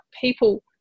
people